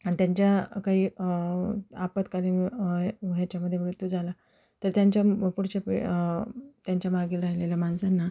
आणि त्यांच्या काही आपत्कालीन हे ह्याच्यामध्ये मृत्यू झाला तर त्यांच्या म पुढच्या पे त्यांच्या मागील राहिलेल्या माणसांना